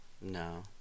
no